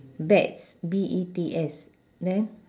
bets B E T S neh